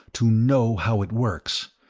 to know how it works,